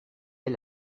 est